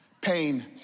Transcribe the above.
pain